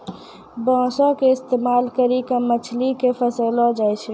बांसो के इस्तेमाल करि के मछली के फसैलो जाय छै